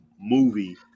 movie